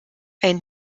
ein